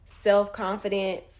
self-confidence